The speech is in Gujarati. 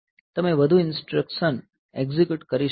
તમે વધુ ઇન્સટ્રકશન એકઝીક્યુટ કરી શકો છો